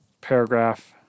paragraph